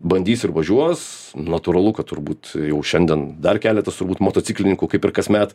bandys ir važiuos natūralu kad turbūt jau šiandien dar keletas turbūt motociklininkų kaip ir kasmet